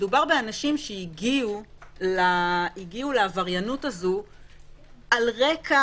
מדובר באנשים שהגיעו לעבריינות הזו על רקע,